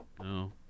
No